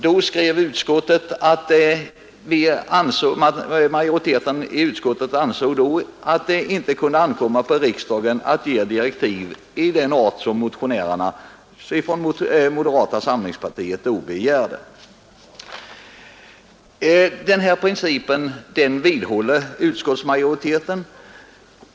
Då ansåg utskottsmajoriteten att det inte kunde ankomma på riksdagen att ge direktiv av den art som motionärerna från moderata samlingspartiet begärde. Denna princip vidhåller utskottsmajoriteten.